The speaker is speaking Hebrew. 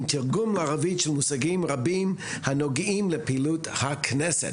תרגום לערבית של מושגים רבים הנוגעים לפעילות הכנסת.